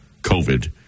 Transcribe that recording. COVID